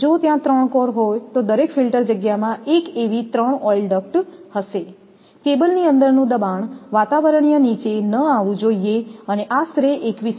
જો ત્યાં ત્રણ કોર હોય તો દરેક ફિલ્ટર જગ્યામાં એક એવી 3 ઓઇલ ડક્ટ હશે કેબલની અંદરનું દબાણ વાતાવરણીય નીચે ન આવવું જોઈએ અને આશરે 21